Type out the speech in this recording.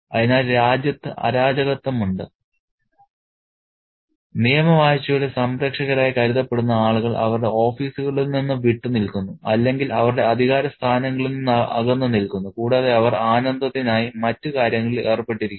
അതിനാൽ രാജ്യത്ത് അരാജകത്വമുണ്ട് നിയമവാഴ്ചയുടെ സംരക്ഷകരായി കരുതപ്പെടുന്ന ആളുകൾ അവരുടെ ഓഫീസുകളിൽ നിന്ന് വിട്ടുനിൽക്കുന്നു അല്ലെങ്കിൽ അവരുടെ അധികാര സ്ഥാനങ്ങളിൽ നിന്ന് അകന്ന് നിൽക്കുന്നു കൂടാതെ അവർ ആനന്ദത്തിനായി മറ്റു കാര്യങ്ങളിൽ ഏർപ്പെട്ടിരിക്കുന്നു